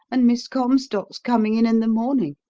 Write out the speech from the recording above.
and miss comstock's coming in in the morning.